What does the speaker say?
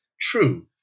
true